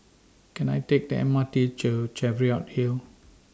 Can I Take The M R T to Cheviot Hill